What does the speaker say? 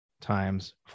times